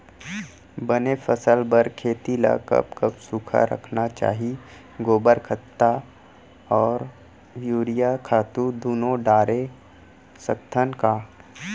बने फसल बर खेती ल कब कब सूखा रखना चाही, गोबर खत्ता और यूरिया खातू दूनो डारे सकथन का?